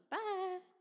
Bye